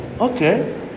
okay